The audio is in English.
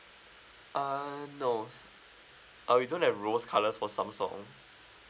ah no uh we don't have rose colours for samsung